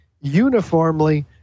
uniformly